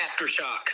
Aftershock